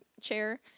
chair